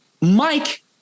Mike